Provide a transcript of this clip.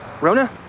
Rona